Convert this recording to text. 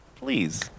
Please